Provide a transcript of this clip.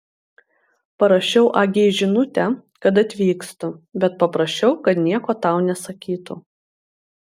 parašiau agei žinutę kad atvykstu bet paprašiau kad nieko tau nesakytų